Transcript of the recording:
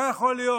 מה יכול להיות?